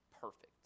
perfect